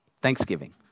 Thanksgiving